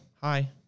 Hi